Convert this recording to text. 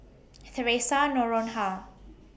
Theresa Noronha